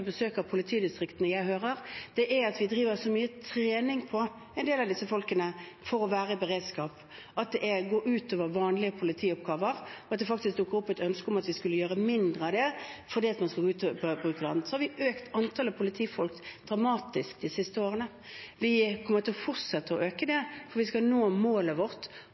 jeg hører om, at vi driver så mye trening av en del av disse folkene – for å være i beredskap – at det går ut over vanlige politioppgaver. Det har faktisk dukket opp et ønske om at vi skal gjøre mindre av det, fordi man vil bruke tid på annet. Så har vi økt antallet politifolk dramatisk de siste årene. Vi kommer til å fortsette å øke det, for vi skal nå målet vårt